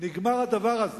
נגמר הדבר הזה.